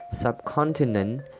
subcontinent